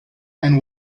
and